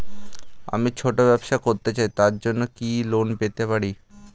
আমি ছোট ব্যবসা করতে চাই তার জন্য কি লোন পেতে পারি?